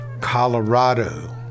Colorado